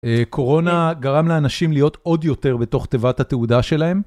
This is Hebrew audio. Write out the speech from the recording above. קורונה גרם לאנשים להיות עוד יותר בתוך תיבת התהודה שלהם.